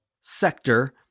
sector